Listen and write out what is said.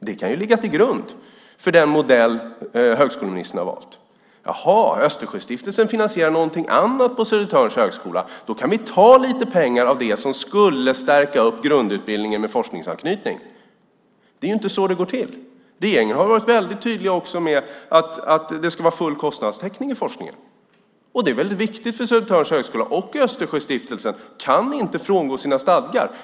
Det kan ju ligga till grund för den modell högskoleministern har valt: Östersjöstiftelsen finansierar något annat på Södertörns högskola så vi kan ta lite pengar av det som skulle stärka grundutbildningen med forskningsanknytning. Det är ju inte så det går till. Regeringen har varit väldigt tydlig med att det ska vara full kostnadstäckning i forskningen. Det är väldigt viktigt för Södertörns högskola. Östersjöstiftelsen kan inte frångå sina stadgar.